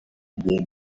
did